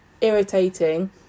irritating